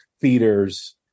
theaters